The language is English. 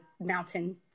mountain